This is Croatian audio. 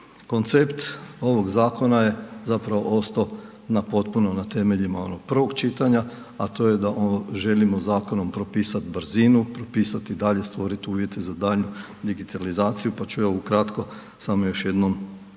Koncept ovog zakona je zapravo ostao na potpuno na temeljima onog prvog čitanja, a to je da želimo zakonom propisat brzinu, propisati i dalje stvorit uvjete za daljnju digitalizaciju, pa ću ja ukratko samo još jednom ponoviti